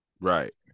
right